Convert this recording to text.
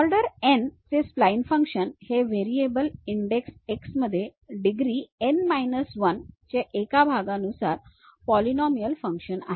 order n चे spline function हे variable index x मध्ये डिग्री n 1 चे एका भागानुसार पॉलीनॉमीअल फंक्शन आहे